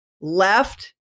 left